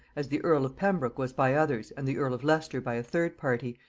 as the earl of pembroke was by others and the earl of leicester by a third party,